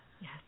Yes